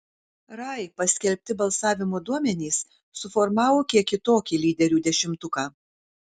rai paskelbti balsavimo duomenys suformavo kiek kitokį lyderių dešimtuką